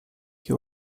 you